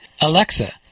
Alexa